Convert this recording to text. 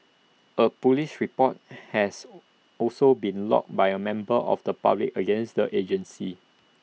A Police report has also been lodged by A member of the public against the agency